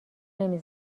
نمی